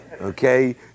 Okay